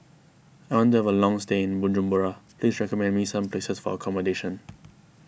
I want to have a long stay in Bujumbura please recommend me some places for accommodation